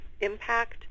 impact